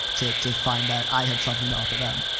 to, to find that i had something to offer them.